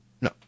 no